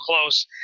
close